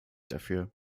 dafür